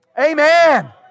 Amen